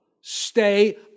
Stay